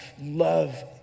love